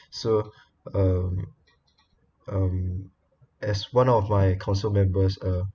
so um as one of my council members uh